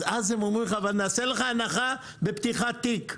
אז הם אומרים לך: אבל נעשה לך הנחה בפתיחת תיק.